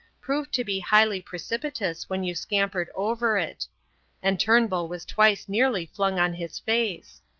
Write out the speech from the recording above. proved to be highly precipitous when you scampered over it and turnbull was twice nearly flung on his face.